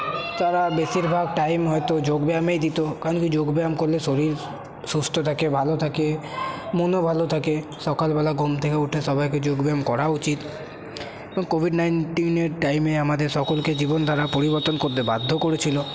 তারা বেশিরভাগ টাইম হয়তো যোগব্যায়ামে দিত কেন কি যোগব্যায়াম করলে শরীর সুস্থ থাকে ভালো থাকে মনও ভালো থাকে সকালবেলা ঘুম থেকে উঠে সবাইকে যোগব্যায়াম করা উচিত কোভিড নাইন্টিনের টাইমে আমাদের সকলকে জীবন ধারা পরিবর্তন করতে বাধ্য করেছিলো